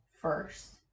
first